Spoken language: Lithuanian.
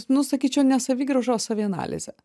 nu sakyčiau ne savigrauža o savianalize